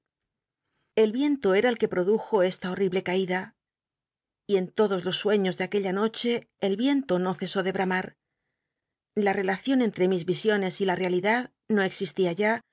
el viento era el que produjo esta horrible caída odos los sueños de aquella noche el vien to y en l no c csó de bramar la relaeion entre mis visiones y la realidad no exislia ya